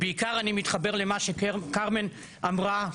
בעיקר אני מתחבר למה שכרמן אמרה,